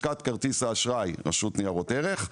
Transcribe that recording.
עסקת כרטיס האשראי ברשות ניירות ערך,